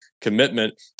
commitment